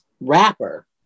rapper